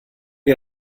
you